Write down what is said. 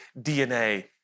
DNA